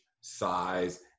size